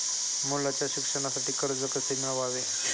मुलाच्या शिक्षणासाठी कर्ज कसे मिळवावे?